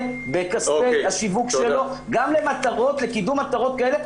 בכספי השיווק שלו גם לקידום מטרות כאלה,